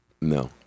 No